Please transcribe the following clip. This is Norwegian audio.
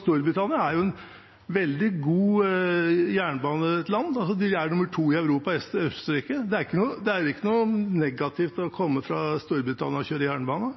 Storbritannia er et veldig godt jernbaneland. De er nummer to i Europa etter Østerrike. Det er ikke noe negativt å komme fra Storbritannia og kjøre jernbane.